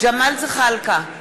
ג'מאל זחאלקה,